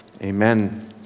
Amen